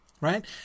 right